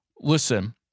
listen